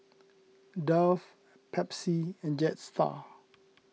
Dove Pepsi and Jetstar